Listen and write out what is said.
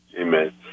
Amen